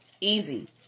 Easy